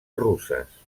russes